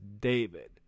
David